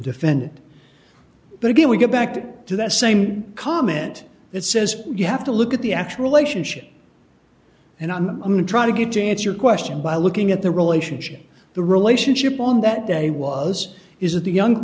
defendant but again we get back to do the same comment that says you have to look at the actual relationship and i'm going to try to get to it your question by looking at the relationship the relationship on that day was is it the young